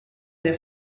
der